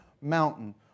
mountain